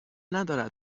ندارد